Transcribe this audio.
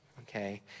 okay